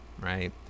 right